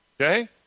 Okay